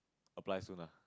apply soon ah